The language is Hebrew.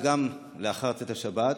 וגם לאחר צאת השבת.